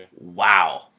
wow